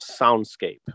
soundscape